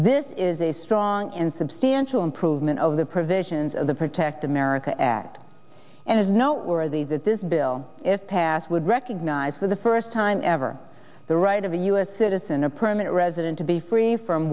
this is a strong and substantial improvement of the provisions of the protect america act and is no worthy that this bill if passed would recognize for the first time ever the right of a u s citizen a permanent resident to be free from